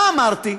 מה אמרתי,